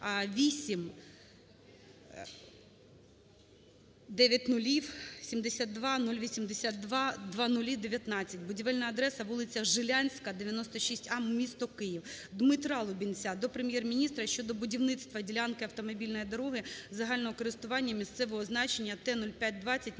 8000000000:72:082:0019, будівельна адреса вулиця Жилянська, 96-А, місто Київ. ДмитраЛубінця до Прем'єр-міністра щодо будівництва ділянки автомобільної дороги загального користування місцевого значення Т-05-20